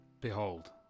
Behold